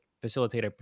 facilitate